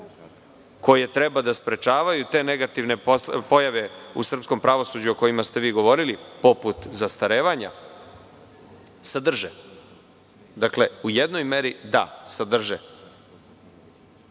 koje treba da sprečavaju te negativne pojave u srpskom pravosuđu o čemu ste vi pričali, poput zastarevanja, sadrže. Dakle, u jednoj meri, sadrže,